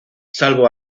salvo